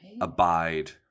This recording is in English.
abide